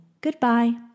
Goodbye